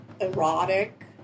erotic